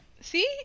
See